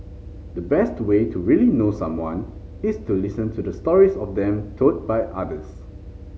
the best way to really know someone is to listen to the stories of them told by others